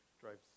drives